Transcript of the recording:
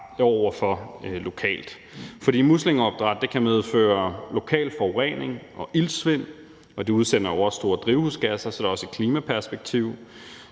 over for lokalt, for muslingeopdræt kan medføre lokal forurening og iltsvind, og det udsender jo også store mængder drivhusgas, så der er også et klimaperspektiv,